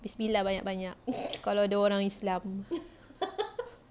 bismillah banyak-banyak kalau dia orang islam